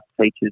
teachers